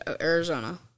Arizona